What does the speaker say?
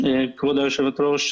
כבוד היושבת-ראש.